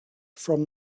from